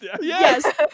Yes